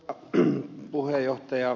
arvoisa puhemies